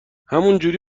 همینجوری